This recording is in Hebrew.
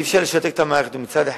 אי-אפשר לשתק את המערכת, מצד אחד.